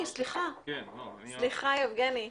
סליחה, יבגני.